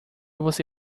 você